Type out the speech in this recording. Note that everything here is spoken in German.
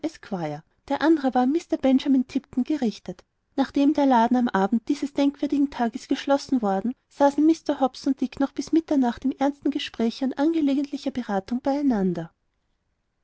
der andre war an mr benjamin tipton gerichtet nachdem der laden am abend dieses denkwürdigen tages geschlossen worden saßen mr hobbs und dick noch bis nach mitternacht in ernstem gespräche und angelegentlicher beratung